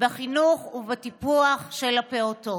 בחינוך ובטיפוח של הפעוטות.